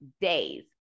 days